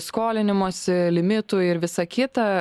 skolinimosi limitų ir visa kita